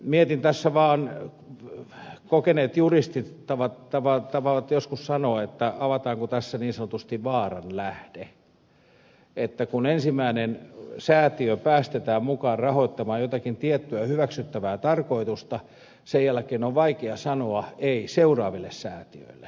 mietin tässä vaan kuten kokeneet juristit tapaavat joskus sanoa avataanko tässä niin sanotusti vaaran lähde että kun ensimmäinen säätiö päästetään mukaan rahoittamaan jotakin tiettyä hyväksyttävää tarkoitusta sen jälkeen on vaikea sanoa ei seuraaville säätiöille